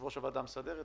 יושב-ראש הוועדה המסדרת,